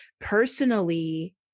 personally